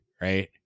right